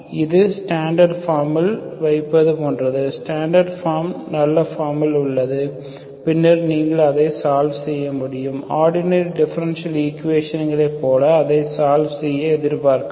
இது ஸ்டாண்டர்ட் ஃபார்மில் வைப்பது போன்றது ஸ்டாண்டர்ட் ஃபார்ம் நல்ல ஃபார்மில் உள்ளது பின்னர் நீங்கள் அதை சால்வ் செய்ய முடியும் ஆர்டினரி டிஃபரென்ஷியல் ஈக்குவேஷன் களைப் போல அதை சால்வ் செய்ய எதிர்பார்க்கலாம்